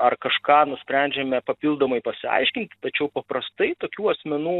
ar kažką nusprendžiame papildomai pasiaiškinti tačiau paprastai tokių asmenų